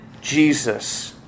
Jesus